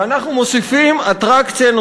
ואנחנו מוסיפים לאילת אטרקציה,